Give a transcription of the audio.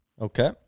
Okay